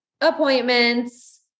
appointments